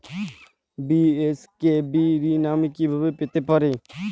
BSKB ঋণ আমি কিভাবে পেতে পারি?